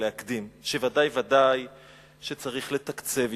ולהקדים ולומר שוודאי וודאי שצריך לתקצב יותר,